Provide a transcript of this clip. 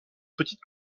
petite